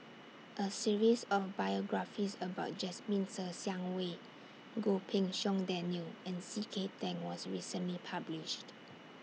A series of biographies about Jasmine Ser Xiang Wei Goh Pei Siong Daniel and C K Tang was recently published